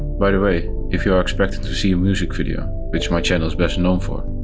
by the way, if you were expecting to see a music video, which my channel is best known for